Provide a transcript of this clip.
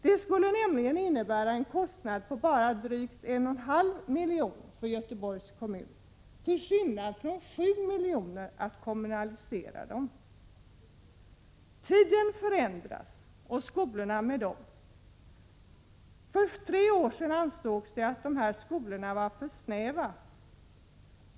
Det skulle nämligen innebära en kostnad på bara drygt en och en halv miljon för Göteborgs kommun, till skillnad mot de 7 miljoner det skulle kosta att kommunalisera skolorna. Tiden förändras och skolorna med den. För tre år sedan ansågs det att de här skolorna var för snäva.